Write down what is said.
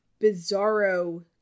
bizarro